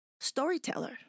storyteller